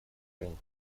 хранить